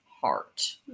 heart